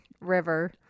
river